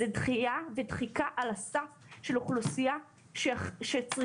זה דחייה ודחיקה על הסף של אוכלוסייה שצריכה